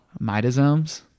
mitosomes